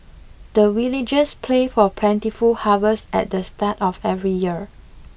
the villagers pray for plentiful harvest at the start of every year